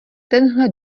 tenhle